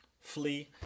flee